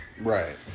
Right